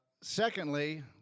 Secondly